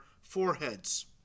foreheads